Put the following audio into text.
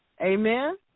Amen